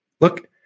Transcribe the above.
Look